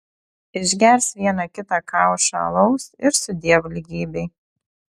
išgers vieną kita kaušą alaus ir sudiev lygybei